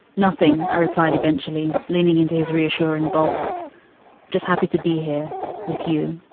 nothing, i replied eventually leaning into is reassuring bulk just happy to be here with you.